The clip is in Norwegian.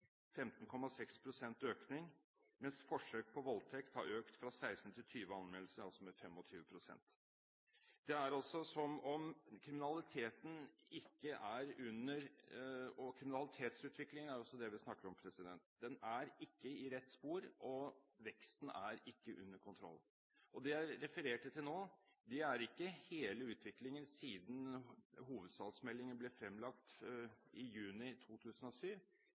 økning, mens forsøk på voldtekt har økt fra 16 til 20 anmeldelser, altså med 25 pst. Det er altså som om kriminalitetsutviklingen, som er det vi snakker om, ikke er på rett spor, og veksten er ikke under kontroll. Og det jeg refererte til nå, er ikke hele utviklingen siden hovedstadsmeldingen ble fremlagt i juni 2007.